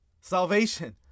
salvation